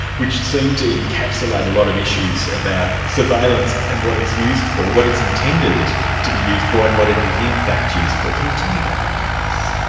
which seemed to encapsulate a lot of issues about surveillance and what it's used for, what it's intended to be used for and what it is in fact used for. can you tell me about that case?